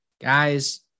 Guys